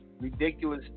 ridiculous